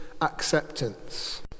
Acceptance